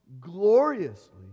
gloriously